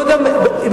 אני מתנצלת.